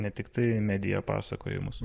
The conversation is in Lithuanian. ne tiktai mediją pasakojimus